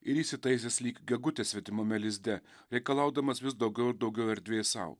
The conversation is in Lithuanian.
ir įsitaisęs lyg gegutė svetimame lizde reikalaudamas vis daugiau ir daugiau erdvės sau